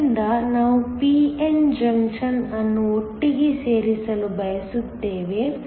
ಆದ್ದರಿಂದ ನಾವು ಈ p n ಜಂಕ್ಷನ್ ಅನ್ನು ಒಟ್ಟಿಗೆ ಸೇರಿಸಲು ಬಯಸುತ್ತೇವೆ